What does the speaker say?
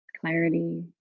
clarity